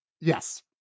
Yes